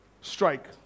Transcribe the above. strike